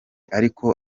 ariko